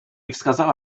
wskazała